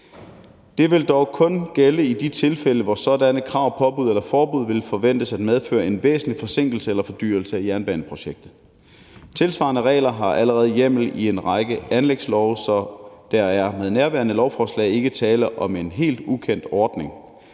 Det vil dog kun gælde i de tilfælde, hvor sådanne krav, påbud eller forbud vil forventes at medføre en væsentlig forsinkelse eller fordyrelse af jernbaneprojektet. Tilsvarende regler har allerede hjemmel i en række anlægslove, så der er med nærværende lovforslag ikke tale om en helt ukendt ordning.